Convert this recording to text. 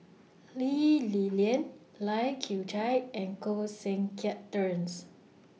Lee Li Lian Lai Kew Chai and Koh Seng Kiat Terence